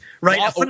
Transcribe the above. right